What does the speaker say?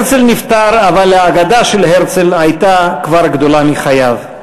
הרצל נפטר אבל האגדה של הרצל הייתה כבר גדולה מחייו.